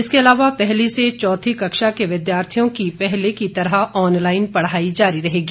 इसके अलावा पहली से चौथी कक्षा के विद्यार्थियों की पहले की तरह ऑनलाइन पढ़ाई जारी रहेगी